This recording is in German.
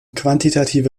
quantitative